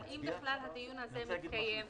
אבל אם בכלל הדיון הזה מתקיים,